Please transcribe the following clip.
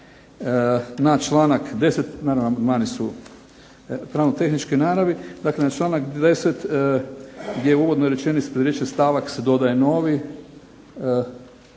na članak 10. gdje uvodnoj rečenici riječi stavak se dodaje novi,